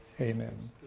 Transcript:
Amen